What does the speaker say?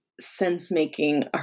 sense-making